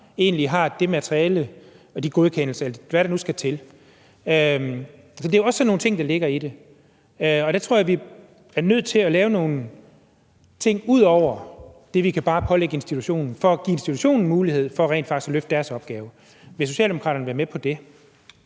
det samme har det materiale og de godkendelser, eller hvad der nu skal til. Det er også sådan nogle ting, der ligger i det, og der tror jeg vi er nødt til at lave nogle ting ud over det, vi bare kan pålægge institutionen for at give institutionen mulighed for rent faktisk at løfte opgaven. Vil Socialdemokraterne være med på det?